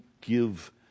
give